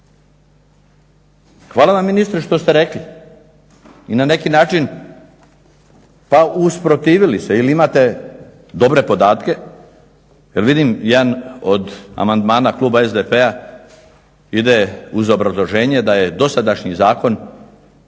Hvala vam ministre što ste rekli i na neki način pa usprotivili se ili imate dobre podatke, jer vidim jedan od amandmana kluba SDP-a ide uz obrazloženje da je dosadašnji zakon